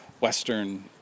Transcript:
Western